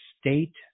state